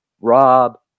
Rob